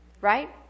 right